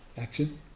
Action